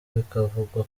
bikavugwa